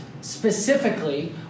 specifically